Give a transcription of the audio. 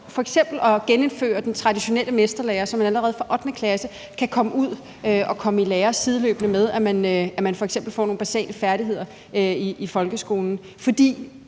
at genindføre den traditionelle mesterlære, så man allerede fra 8. klasse kan komme ud og komme i lære, sideløbende med at man f.eks. får nogle basale færdigheder i folkeskolen.